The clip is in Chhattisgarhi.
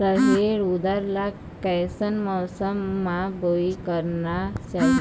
रहेर उरद ला कैसन मौसम मा बुनई करना चाही?